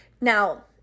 Now